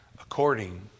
According